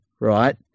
right